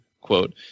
quote